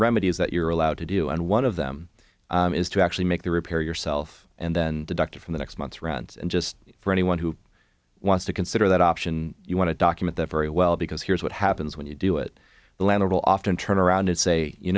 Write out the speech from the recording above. remedies that you're allowed to do and one of them is to actually make the repair yourself and then deducted from the next month's rent and just for anyone who wants to consider that option you want to document that very well because here's what happens when you do it the land will often turn around and say you